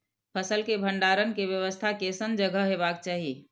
फसल के भंडारण के व्यवस्था केसन जगह हेबाक चाही?